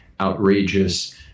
outrageous